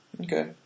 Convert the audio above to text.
Okay